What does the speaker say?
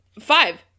Five